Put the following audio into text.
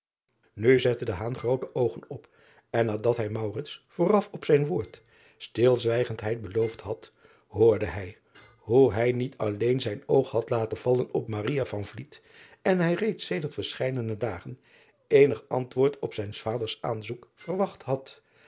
u zette groote oogen op en nadat hij vooraf op zijn woord stilzwijgendheid beloofd had hoorde hij hoe hij niet alleen zijn oog had laten vallen op en hij reeds sedert verscheiden dagen eenig antwoord op zijns vaders aanzoek verwacht had